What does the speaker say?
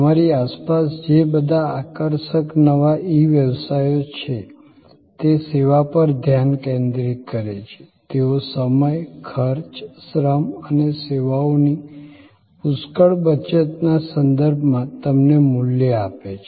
તમારી આસપાસ જે બધા આકર્ષક નવા ઈ વ્યવસાયો છે તે સેવા પર ધ્યાન કેન્દ્રિત કરે છે તેઓ સમય ખર્ચ શ્રમ અને સેવાઓની પુષ્કળ બચતના સંદર્ભમાં તમને મૂલ્ય આપે છે